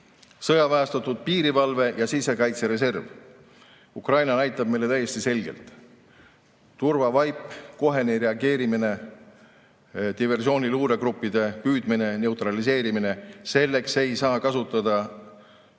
protsendist. Sõjaväestatud piirivalve ja sisekaitsereserv. Ukraina näitab meile täiesti selgelt: turvavaip, kohene reageerimine, diversiooni‑ ja luuregruppide püüdmine, neutraliseerimine – selleks ei saa kasutada